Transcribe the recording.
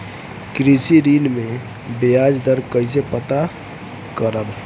कृषि ऋण में बयाज दर कइसे पता करब?